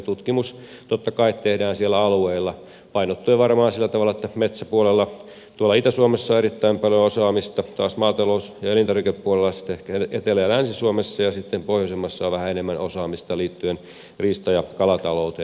tutkimus totta kai tehdään siellä alueilla painottuen varmaan sillä tavalla että metsäpuolella on tuolla itä suomessa erittäin paljon osaamista kun taas maatalous ja elintarvikepuolella on sitten ehkä etelä ja länsi suomessa ja pohjoisemmassa on vähän enemmän osaamista liittyen riista ja kalatalouteen